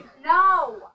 No